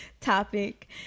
topic